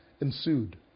ensued